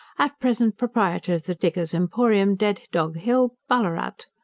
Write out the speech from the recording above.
at present proprietor of the diggers emporium dead dog hill, ballarat.